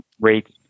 rates